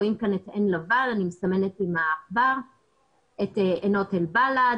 רואים כאן את עין לבן, את עינות עין בלאד